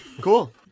cool